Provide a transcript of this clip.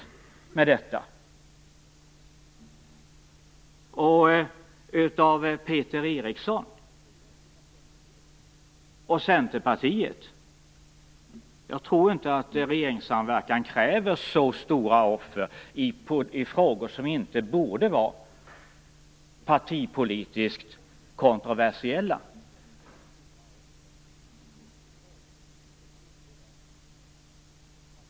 Skall han få hjälp av Peter Eriksson och av Centerpartiet? Jag tror inte att regeringssamverkan kräver så stora offer i frågor som inte borde vara partipolitiskt kontroversiella.